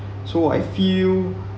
so I feel